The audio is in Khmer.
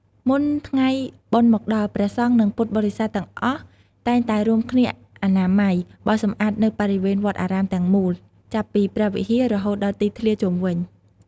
មុនថ្ងៃបុណ្យមកដល់ ព្រះសង្ឃ និងពុទ្ធបរិស័ទ ទាំងអស់តែងតែរួមគ្នាអនាម័យ បោសសម្អាតនូវបរិវេណវត្តអារាមទាំងមូល ចាប់ពីព្រះវិហារ រហូតដល់ទីធ្លាជុំវិញ។